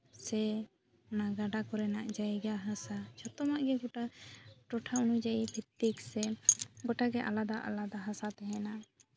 ᱥᱮ ᱚᱱᱟ ᱜᱟᱰᱟ ᱠᱚᱨᱮᱱᱟᱜ ᱡᱟᱭᱜᱟ ᱦᱟᱥᱟ ᱡᱷᱚᱛᱚᱢᱟᱜ ᱜᱮ ᱜᱳᱴᱟ ᱴᱚᱴᱷᱟ ᱚᱱᱩᱡᱟᱭᱤ ᱵᱷᱤᱛᱛᱤᱠ ᱥᱮ ᱜᱳᱴᱟᱜᱮ ᱟᱞᱟᱫᱟ ᱟᱞᱟᱫᱟ ᱦᱟᱥᱟ ᱛᱟᱦᱮᱱᱟ